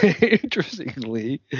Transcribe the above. interestingly